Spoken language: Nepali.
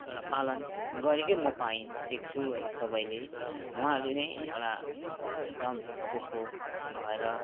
एउटा पालन गरेकै म पाएँ देख्छु है सबैले उहाँहरूले नै एउटा एकदम चोखो भएर